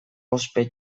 ospe